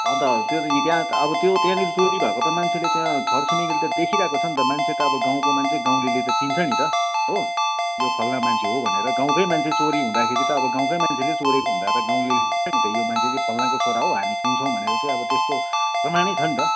अन्त त्यो त इतिहास त्यो त्यहाँनेरि भएको त मान्छेले त्यहाँ छर छिमेकीले त देखिरहेको छ नि त मान्छे त अब गाउँको मान्छे गाउँलेले त चिन्छ नि त हो यो फलाना मान्छे हो भनेर गाउँकै मान्छे चोरी हुँदाखेरि त अब गाउँकै मान्छेले चोरेको हुँदा त अब गाउँलेले चिन्छ नि त यो मान्छे चाहिँ फलानाको छोरा हो हामी चिन्छौँ भनेर चाहिँ त्यस्तो प्रमाणै छ नि त